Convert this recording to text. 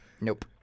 Nope